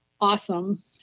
awesome